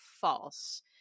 false